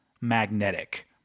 Magnetic